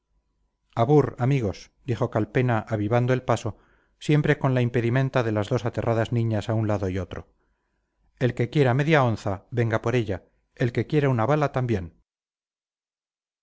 abur amigos dijo calpena avivando el paso siempre con la impedimenta de las dos aterradas niñas a un lado y otro el que quiera media onza venga por ella el que quiera una bala también